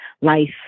life